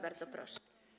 Bardzo proszę.